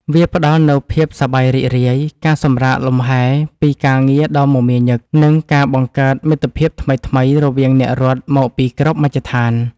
វាផ្ដល់នូវភាពសប្បាយរីករាយ ការសម្រាកលម្ហែពីការងារដ៏មមាញឹក និងការបង្កើតមិត្តភាពថ្មីៗរវាងអ្នករត់មកពីគ្រប់មជ្ឈដ្ឋាន។